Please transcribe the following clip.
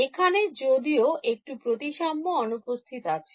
এখানে যদিও একটু প্রতিসাম্য অনুপস্থিত আছে